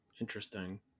Interesting